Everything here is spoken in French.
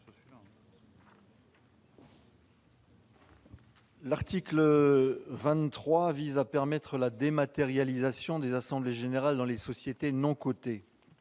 L'article 23 tend à permettre la dématérialisation des assemblées générales dans les sociétés non cotées.